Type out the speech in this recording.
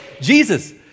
Jesus